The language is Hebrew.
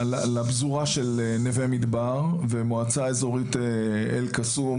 לפזורה של נווה מדבר, ומועצה אזורית אל-קסום.